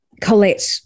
Colette